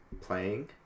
playing